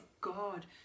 God